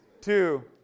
two